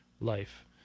life